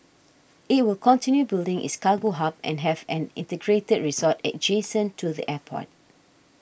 it will continue building its cargo hub and have an integrated resort adjacent to the airport